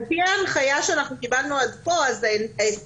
על פי ההנחיה שאנחנו קיבלנו עד כה אז האס.אמ.אסים